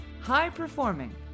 high-performing